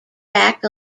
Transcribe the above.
back